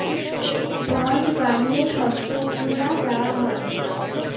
bond বানিয়ে শর্তগুলা দেওয়া হয়